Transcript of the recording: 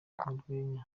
rwenya